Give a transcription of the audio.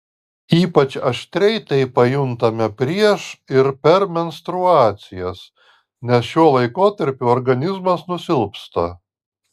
ypač aštriai tai pajuntame prieš ir per menstruacijas nes šiuo laikotarpiu organizmas nusilpsta